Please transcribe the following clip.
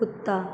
कुत्ता